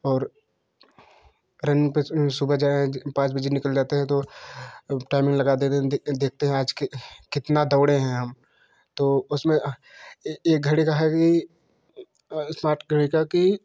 और रनिंग पर सुबह जब पाँच बजे निकल जाते हैं तो टाइमिंग लगा देते हैं देख देखते हैं आज कि कितना दौड़े हैं हम तो उसमें एक घड़ी का है कि स्मार्ट घड़ी का की